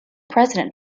president